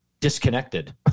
disconnected